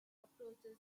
approaches